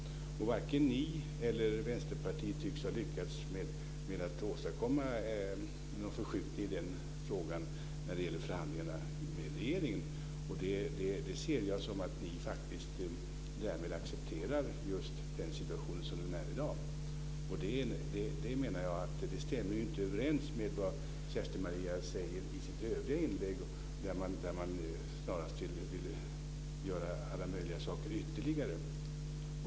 Varken ni eller Vänsterpartiet tycks ha lyckats med att åstadkomma någon förskjutning i den frågan när det gäller förhandlingarna med regeringen. Det ser jag som att ni därmed faktiskt accepterar situationen som den är i dag. Jag menar att det inte stämmer överens med vad Kerstin-Maria säger i sitt inlägg. Man vill snarast göra alla möjliga saker ytterligare.